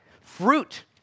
Fruit